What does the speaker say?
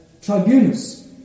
tribunus